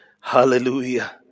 hallelujah